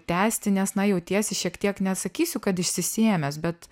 tęsti nes na jautiesi šiek tiek nesakysiu kad išsisėmęs bet